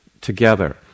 together